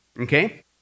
okay